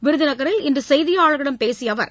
விருதுநகரில் இன்று செய்தியாளர்களிடம் பேசிய அவர்